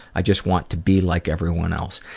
i just want to be like everyone else.